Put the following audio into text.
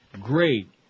great